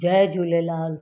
Jay Jhulelal